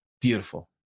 beautiful